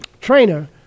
trainer